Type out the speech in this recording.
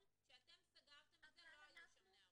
כשאתם סגרתם את זה לא היו שם נערות.